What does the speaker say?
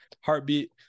Heartbeat